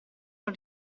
non